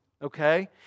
Okay